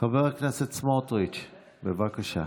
חבר הכנסת סמוטריץ', בבקשה.